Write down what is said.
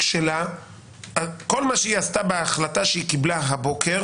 שלה --- כל מה שציפי עשתה בהחלטה שהיא קיבלה הבוקר